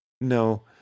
No